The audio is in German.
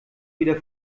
wieder